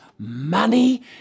Money